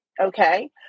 Okay